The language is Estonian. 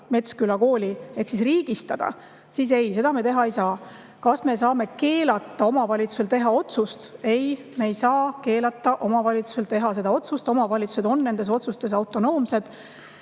Metsküla kooli, siis ei, seda me teha ei saa. Kas me saame keelata omavalitsusel teha [sulgemis]otsust? Ei, me ei saa keelata omavalitsusel seda otsust teha. Omavalitsused on nendes otsustes autonoomsed.